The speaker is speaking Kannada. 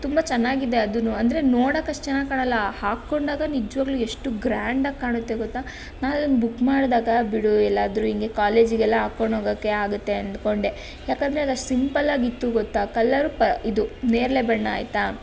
ತುಂಬ ಚೆನ್ನಾಗಿದೆ ಅದುನೂ ಅಂದರೆ ನೋಡಕ್ಕೆ ಅಷ್ಟು ಚೆನ್ನಾಗಿ ಕಾಣಲ್ಲ ಹಾಕಿಕೊಂಡಾಗ ನಿಜವಾಗಲೂ ಎಷ್ಟು ಗ್ರ್ಯಾಂಡಾಗ್ ಕಾಣುತ್ತೆ ಗೊತ್ತಾ ನಾನು ಅದನ್ನು ಬುಕ್ ಮಾಡಿದಾಗ ಬಿಡು ಎಲ್ಲಾದರೂ ಹೀಗೆ ಕಾಲೇಜಿಗೆಲ್ಲ ಹಾಕಿಕೊಂಡು ಹೋಗೋಕೆ ಆಗತ್ತೆ ಅಂದುಕೊಂಡೆ ಯಾಕೆಂದರೆ ಅದು ಅಷ್ಟು ಸಿಂಪಲಾಗಿತ್ತು ಗೊತ್ತಾ ಕಲ್ಲರ್ ಪ ಇದು ನೇರಳೆ ಬಣ್ಣ ಆಯಿತಾ